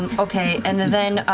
okay, and then,